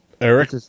Eric